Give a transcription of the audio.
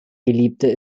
geliebte